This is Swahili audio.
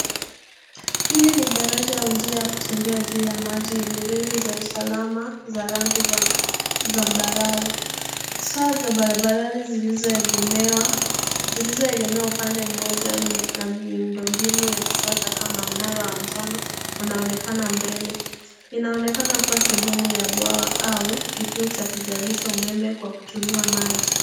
Hili ni daraja au njia ya kutembea juu ya maji yenye reli za usalama za rangi za zambarau. Taa za barabarani zilizoegemewa, zilizoegemewa upande mmoja na miundo mbinu ya kisasa kama mnara wa njano unaonekana mbele. Inaonekana kuwa sehemu ya bwawa au kituo cha kuzalisha umeme kwa kutumia maji.